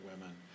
women